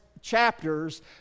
chapters